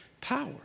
power